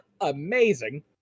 amazing